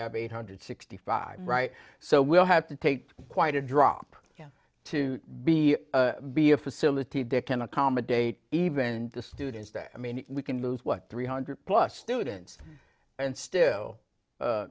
have eight hundred sixty five right so we'll have to take quite a drop to be be a facility dick can accommodate even the students that i mean we can lose what three hundred plus students and still